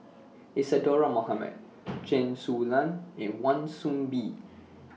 Isadhora Mohamed Chen Su Lan and Wan Soon Bee